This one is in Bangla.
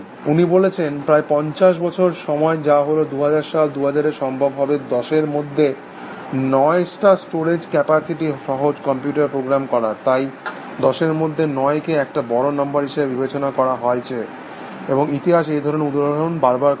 উনি বলেছেন প্রায় পঞ্চাশ বছর সময় যা হল 2000 সাল 2000 এ সম্ভব হবে 10 এর মধ্যে 9 স্টোরেজ ক্যাপাসিটি সহ কম্পিউটার প্রোগ্রাম করার তাই 10 এর মধ্যে 9কে একটা বড় নম্বর হিসাবে বিবেচনা করা হয়েছে এবং ইতিহাস এই ধরণের উদাহরণ বার বার করেছে